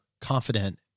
confident